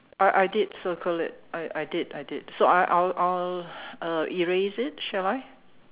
I I did circle it I I did I did so I'll so I'll I'll uh erase it shall I